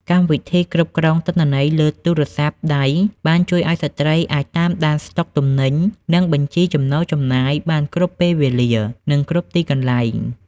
កម្មវិធីគ្រប់គ្រងទិន្នន័យលើទូរស័ព្ទដៃ បានជួយឱ្យស្ត្រីអាចតាមដានស្តុកទំនិញ និងបញ្ជីចំណូលចំណាយបានគ្រប់ពេលវេលា និងគ្រប់ទីកន្លែង។